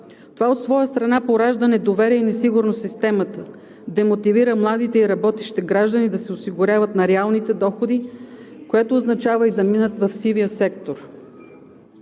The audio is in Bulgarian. Това от своя страна поражда недоверие и несигурност в системата, демотивира младите и работещи граждани да се осигуряват на реалните доходи, което означава да минат и в сивия сектор.